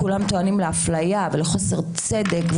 כולם טוענים לאפליה ולחוסר צדק,